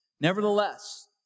Nevertheless